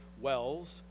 wells